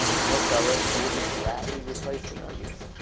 and they'll tell us. and we'll just gladly replace the nuggets,